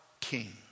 king